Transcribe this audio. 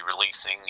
releasing